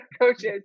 coaches